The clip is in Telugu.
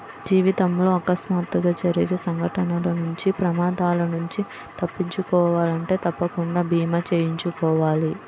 జీవితంలో అకస్మాత్తుగా జరిగే సంఘటనల నుంచి ప్రమాదాల నుంచి తప్పించుకోవాలంటే తప్పకుండా భీమా చేయించుకోవాలి